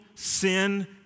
Sin